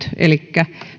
elikkä